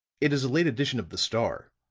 it is a late edition of the star,